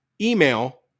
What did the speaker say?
email